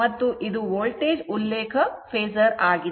ಆದ್ದರಿಂದ ಇದು V ಮತ್ತು ಇದು ವೋಲ್ಟೇಜ್ ಉಲ್ಲೇಖ ಫೇಸರ್ ಆಗಿದೆ